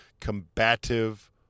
combative